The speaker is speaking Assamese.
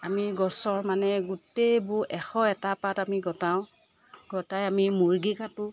আমি গছৰ মানে গোটেইবোৰ এশ এটা পাত আমি গোটাওঁ গোটাই আমি মুৰ্গী কাটো